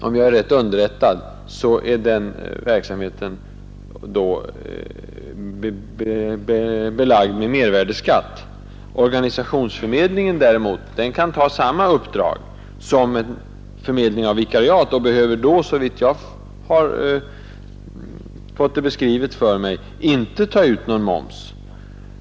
Om jag är rätt underrättad, är den verksamheten emellertid då belagd med mervärdeskatt. Organisationsförmedlingen däremot kan ta samma uppdrag som en förmedling av vikariat och behöver då, enligt de uppgifter jag har fått, inte ta ut någon moms.